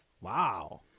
Wow